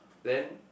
then